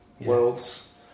worlds